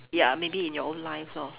ya maybe in your own life lor